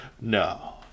No